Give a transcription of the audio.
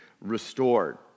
restored